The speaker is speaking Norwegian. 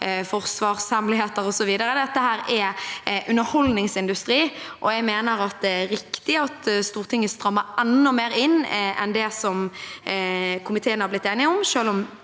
forsvarshemmeligheter, osv. Dette er underholdningsindustri, og jeg mener det er riktig at Stortinget strammer enda mer inn enn det komiteen har blitt enig om, selv om